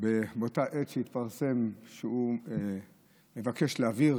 באותה עת שהתפרסם שהוא מבקש להעביר